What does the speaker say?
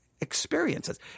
experiences